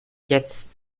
jetzt